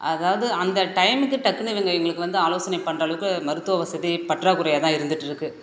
அதாவது அந்த டைமுக்கு டக்குன்னு இவங்க இவங்களுக்கு வந்து ஆலோசனை பண்ணுற அளவுக்கு மருத்துவ வசதி பற்றாக்குறையாக தான் இருந்துட்ருக்கு